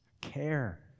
care